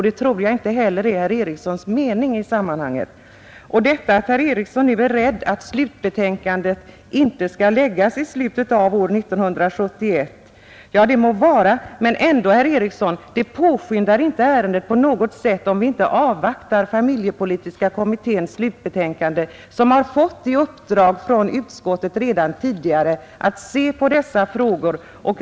Det tror jag inte heller är herr Erikssons mening. Det må vara att herr Eriksson är rädd att slutbetänkandet inte skall framläggas i slutet av år 1971. Men ändå, herr Eriksson, det påskyndar inte ärendet på något sätt att inte avvakta slutbetänkandet från familjepolitiska kommittén, som redan tidigare av utskottet har fått i uppdrag att se över dessa problem.